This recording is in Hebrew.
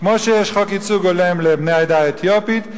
כמו שיש חוק ייצוג הולם לבני העדה האתיופית,